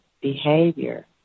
behavior